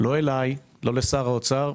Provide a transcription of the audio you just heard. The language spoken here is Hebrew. לא היתה פנייה אלי ולא לשר האוצר.